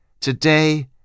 Today